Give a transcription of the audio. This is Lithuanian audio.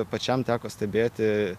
pačiam teko stebėti